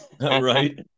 Right